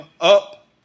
up